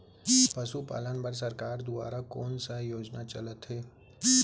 पशुपालन बर सरकार दुवारा कोन स योजना चलत हे?